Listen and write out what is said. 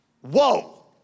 whoa